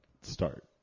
start